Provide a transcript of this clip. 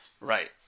Right